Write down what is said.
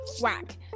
whack